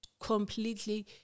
completely